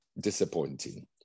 disappointing